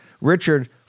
Richard